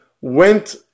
went